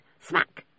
smack